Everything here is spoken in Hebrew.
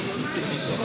בבקשה,